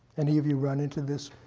any of you run into this?